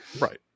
right